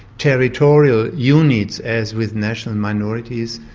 territorial units as with national minorities.